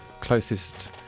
closest